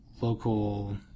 local